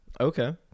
Okay